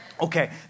Okay